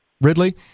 Ridley